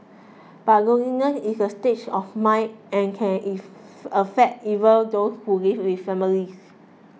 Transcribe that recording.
but loneliness is a state of mind and can affect even those who live with families